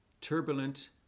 turbulent